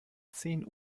zehn